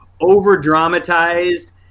over-dramatized